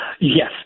Yes